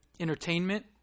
Entertainment